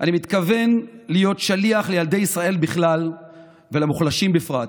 אני מתכוון להיות שליח לילדי ישראל בכלל ולמוחלשים בפרט.